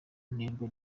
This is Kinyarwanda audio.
nterwa